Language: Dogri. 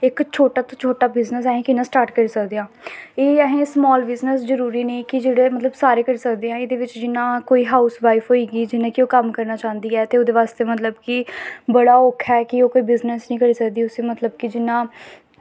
इक छोटा तो छोटा बिज़नस असीं कि'यां स्टार्ट करी सकदे आं एह् असें स्माल बिज़नस जरूरी नेईं कि जेह्ड़े मतलब सारे करी सकदे ऐ एह्दे बिच्च जियां कोई हाउस वाईफ होई गेई जियां कि ओह् कम्म करना चांह्दी ऐ ते ओह्दे बास्तै मतलब कि बड़ा औक्खा ऐ कि ओह् कोई बिज़नस निं करी सकदी ऐ उसी मतलब कि जियां